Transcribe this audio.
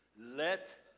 let